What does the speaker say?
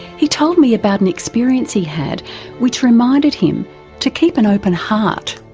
he told me about an experience he had which reminded him to keep an open heart.